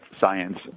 science